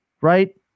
right